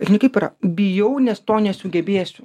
žinai kaip yra bijau nes to nesugebėsiu